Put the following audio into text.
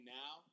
now